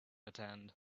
attend